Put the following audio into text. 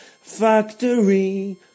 factory